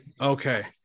okay